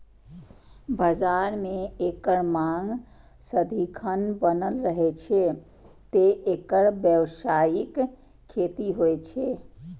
बाजार मे एकर मांग सदिखन बनल रहै छै, तें एकर व्यावसायिक खेती होइ छै